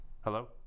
Hello